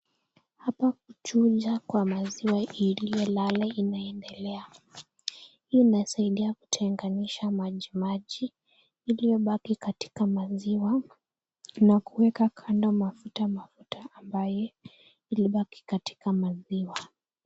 Hapa kuchuja kwa maziwa iliyolala inaendelea. Hii inasaidia kutenganisha majimaji iliyobaki katika maziwa na kuweka kando mafuta mafuta ambayo ilibaki katika maziwa.